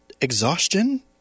exhaustion